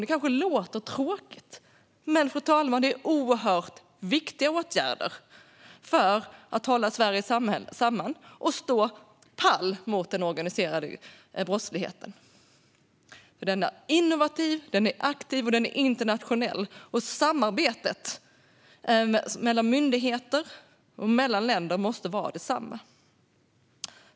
Det kanske låter tråkigt, fru talman, men det är oerhört viktiga åtgärder för att hålla Sverige samman och stå pall mot den organiserade brottsligheten. Den är innovativ, aktiv och internationell, och samarbetet mellan myndigheter och länder måste vara detsamma.